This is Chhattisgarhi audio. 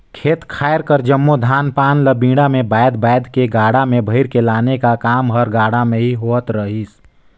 खेत खाएर कर जम्मो धान पान ल बीड़ा मे बाएध बाएध के गाड़ा मे भइर के लाने का काम हर गाड़ा मे ही होवत रहिस